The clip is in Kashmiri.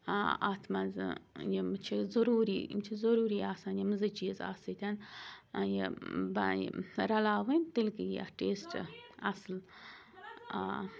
اَتھ منٛز یِم چھِ ضٔروٗری یِم چھِ ضٔروٗری آسان یِم زٕ چیٖز اَتھ سۭتۍ یہِ رَلاوٕنۍ تیٚلہِ یی اَتھ ٹیسٹ اَصٕل آ